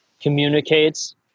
communicates